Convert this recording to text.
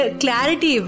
clarity